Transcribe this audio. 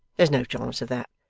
there's no chance of that,